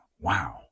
wow